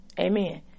Amen